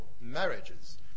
marriages